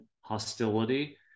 hostility